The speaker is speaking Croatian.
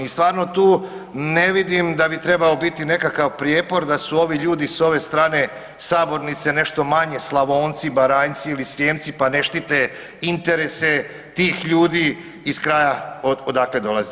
I stvarno tu ne vidim da bi trebao biti nekakav prijepor da su ovi ljudi s ove strane sabornice nešto manje Slavonci, Baranjci ili Srijemci pa ne štite interese tih ljudi iz kraja od odakle dolaze.